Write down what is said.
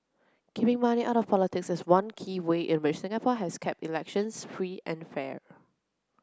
keeping money out of politics is one key way in which Singapore has kept elections free and fair